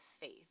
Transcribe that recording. faith